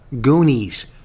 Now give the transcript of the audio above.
Goonies